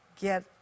get